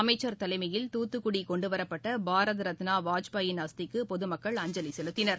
அமைச்சர் தலைமையில் தூத்துக்குடி கொண்டுவரப்பட்ட பாரத ரத்னா வாஜ்பாயின் அஸ்திக்கு பொதுமக்கள் அஞ்சலி செலுத்தினர்